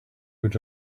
would